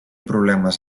problemes